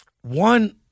one